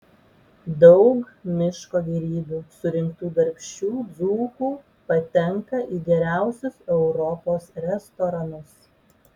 daug miško gėrybių surinktų darbščių dzūkų patenka į geriausius europos restoranus